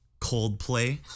Coldplay